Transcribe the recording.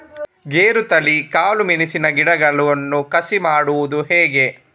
ಗೇರುತಳಿ, ಕಾಳು ಮೆಣಸಿನ ಗಿಡಗಳನ್ನು ಕಸಿ ಮಾಡುವುದು ಹೇಗೆ?